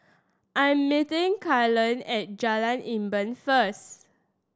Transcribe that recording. I am meeting Kaylen at Jalan Enam first